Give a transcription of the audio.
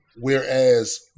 Whereas